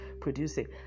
producing